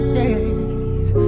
days